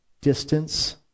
distance